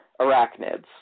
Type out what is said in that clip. arachnids